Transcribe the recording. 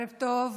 טוב,